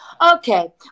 Okay